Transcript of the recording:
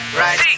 right